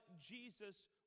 Jesus